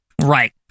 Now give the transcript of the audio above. Right